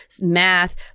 math